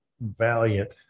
Valiant